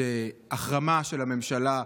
שהחרמה של הממשלה,